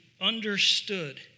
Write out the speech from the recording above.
understood